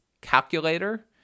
Calculator